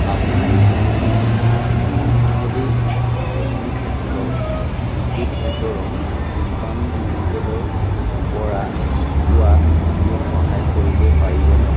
আপুনি এইটো মধ্যপ্ৰদেশ পশ্চিম ক্ষেত্ৰ বিদ্যুৎ বিতৰণ কোম্পানী লিমিটেডৰপৰা পোৱাত মোক সহায় কৰিব পাৰিবনে